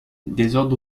désordre